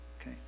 Okay